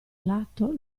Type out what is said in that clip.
lato